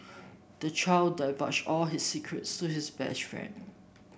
the child divulged all his secrets to his best friend